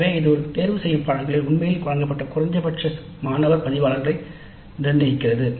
எனவே இது ஒரு தேர்தல் உண்மையில் வழங்கப்பட குறைந்தபட்சம் மாணவர் பதிவாளர்களை நிர்ணயிக்கிறது